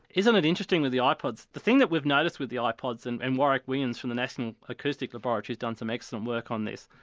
isn't it interesting with the ipods. the thing that we've noticed with the ipods and and warwick williams from the national acoustic laboratories has done some excellent work on this.